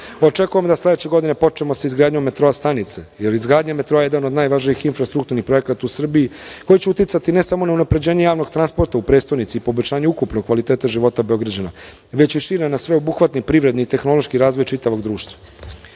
da sledeće godine počnemo sa izgradnjom metro stanice, jer je izgradnja metroa jedna od najvažnijih infrastrukturnih projekata u Srbiji koji će uticati ne samo na unapređenje javnog transporta u prestonici i poboljšanju ukupnog kvaliteta života Beograđana, već i šire na sveobuhvatni privredni i tehnološki razvoj čitavog